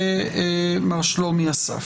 ומר שלומי אסף.